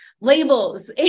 labels